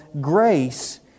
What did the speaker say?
grace